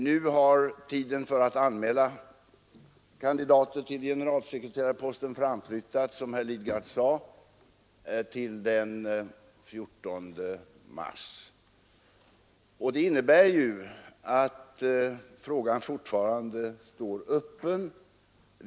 Nu har tiden för att anmäla kandidater till generalsekreterarposten framflyttats, som herr Lidgard sade, till den 14 mars. Detta innebär att frågan fortfarande står öppen.